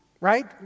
right